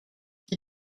qui